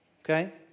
okay